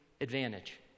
advantage